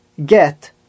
get